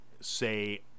say